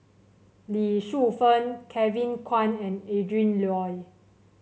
Lee Shu Fen Kevin Kwan and Adrin Loi